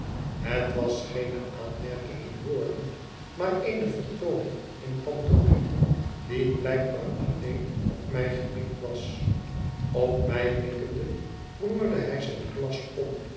het was geene aanmerking in woorden maar eene vertooning in pantomime die blijkbaar alleen op mij gemikt was op mij mikkende roerde hij zijn glas om